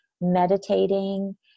meditating